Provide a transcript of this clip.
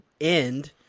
end